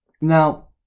now